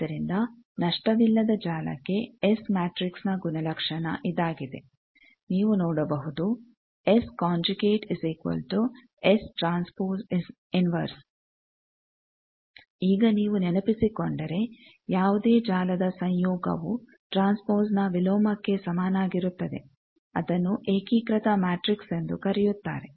ಆದ್ದರಿಂದ ನಷ್ಟವಿಲ್ಲದ ಜಾಲಕ್ಕೆ ಎಸ್ ಮ್ಯಾಟಿಕ್ಸ್ನ ಗುಣಲಕ್ಷಣ ಇದಾಗಿದೆ ನೀವು ನೋಡಬಹುದು S ¿S T −1 ಈಗ ನೀವು ನೆನಪಿಸಿಕೊಂಡರೆ ಯಾವುದೇ ಜಾಲದ ಸಂಯೋಗವು ಟ್ರಾನ್ಸ್ಪೋಸ್ನ ವಿಲೋಮಕ್ಕೆ ಸಮನಾಗಿರುತ್ತದೆ ಅದನ್ನು ಏಕೀಕೃತ ಮ್ಯಾಟಿಕ್ಸ್ ಎಂದು ಕರೆಯುತ್ತಾರೆ